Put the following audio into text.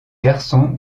garçon